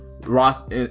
Roth